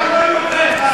אתה השר המקשר?